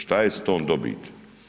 Što je s tom dobiti?